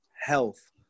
health